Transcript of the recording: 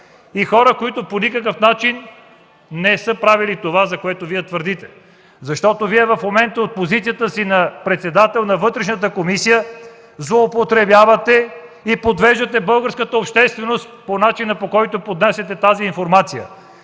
и хора, които по никакъв начин не са правили това, за което Вие твърдите. Защото в момента Вие от позицията си на председател на Вътрешната комисия злоупотребявате и подвеждате българската общественост по начина, по който поднасяте тази информация.